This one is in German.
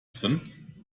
drin